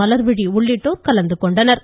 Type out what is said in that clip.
மலா்விழி உள்ளிட்டோா் கலந்து கொண்டனா்